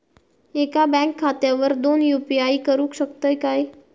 एका बँक खात्यावर दोन यू.पी.आय करुक शकतय काय?